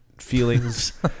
feelings